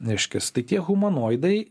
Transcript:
reiškiasi tai tie humanoidai